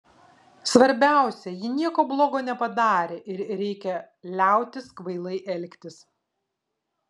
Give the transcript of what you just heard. svarbiausia ji nieko blogo nepadarė ir reikia liautis kvailai elgtis